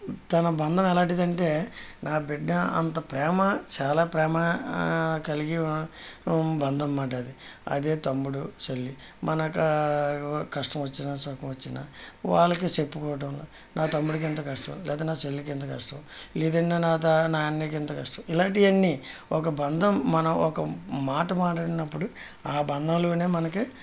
తన బంధం ఎలాంటిది అంటే నా బిడ్డ అంత ప్రేమ చాలా ప్రేమ కలిగి బంధం మాట అదే తమ్ముడు చెల్లి మనకు ఒక కష్టం వచ్చినా సుఖం వచ్చిన వాళ్లకి చెప్పుకోవటం నా తమ్ముడికి ఇంత కష్టం లేకపోతే నా చెల్లికి ఇంత కష్టం నా అన్నకి ఇంత కష్టం ఇలాంటివన్నీ ఒక బంధం మన ఒక మాట మాట్లాడినప్పుడు ఆ బంధంలోనే మనకి